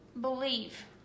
believe